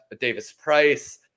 Davis-Price